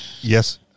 yes